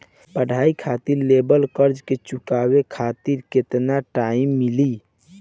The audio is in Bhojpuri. पढ़ाई खातिर लेवल कर्जा के चुकावे खातिर केतना टाइम मिली?